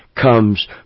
comes